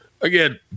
again